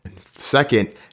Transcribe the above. Second